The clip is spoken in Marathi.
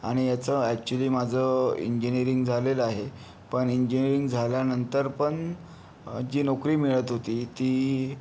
आणि याचं ऍक्च्युली माझं इंजिनिअरिंग झालेलं आहे पण इंजिनिअरिंग झाल्यानंतर पण जी नोकरी मिळत होती ती